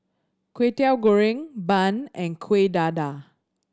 Kway Teow Goreng bun and Kueh Dadar